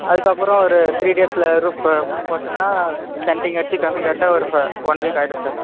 அதுக்கப்புறோம் ஒரு த்ரீ டேஸில் ரூஃபு போட்டோங்கன்னா சென்ட்ரிங் அடிச்சி கம்பி கட்ட ஒரு ப ஒன் வீக்காயிடும் சார்